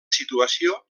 situació